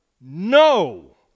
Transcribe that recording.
no